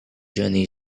journey